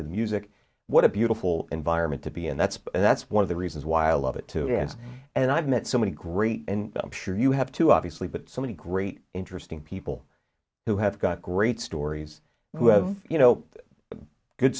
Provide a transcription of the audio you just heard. to music what a beautiful environment to be and that's and that's one of the reasons why i love it to dance and i've met so many great pure you have to obviously but so many great interesting people who have got great stories who have you know good